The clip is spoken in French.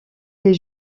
les